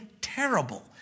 terrible